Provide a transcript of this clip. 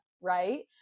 right